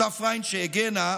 אותה פריינד שהגנה.